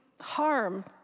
harm